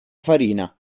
farina